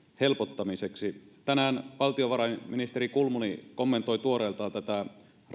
helpottamiseksi tänään valtiovarainministeri kulmuni kommentoi tuoreeltaan tätä